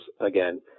again